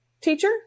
teacher